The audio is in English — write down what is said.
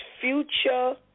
future